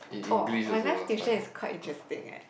oh my math tuition is quite interesting eh